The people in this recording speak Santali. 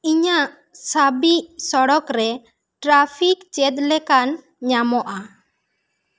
ᱤᱧᱟᱹᱜ ᱥᱟᱵᱤᱜ ᱥᱚᱲᱚᱠ ᱨᱮ ᱴᱨᱯᱷᱤᱠ ᱪᱮᱫᱽ ᱞᱮᱠᱟᱱ ᱧᱟᱢᱚᱜᱼᱟ